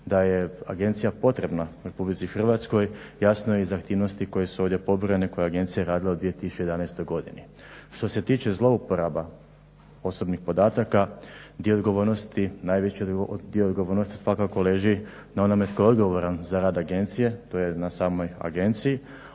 Da je agencija potrebna Republici Hrvatskoj jasno je iz aktivnosti koje su ovdje pobrojane koje je agencija radila u 2011. godini. Što se tiče zlouporaba osobnih podataka dio odgovornosti, najveći dio odgovornosti svakako leži na onome tko je odgovoran za rad agencije. To je na samoj agenciji,